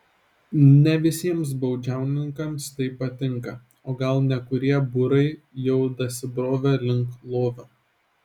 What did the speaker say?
ne visiems baudžiauninkams tai patinka o gal nekurie būrai jau dasibrovė link lovio